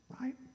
right